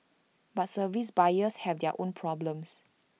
but service buyers have their own problems